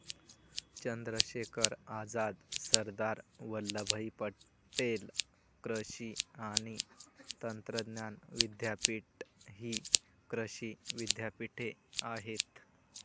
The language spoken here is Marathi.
चंद्रशेखर आझाद, सरदार वल्लभभाई पटेल कृषी आणि तंत्रज्ञान विद्यापीठ हि कृषी विद्यापीठे आहेत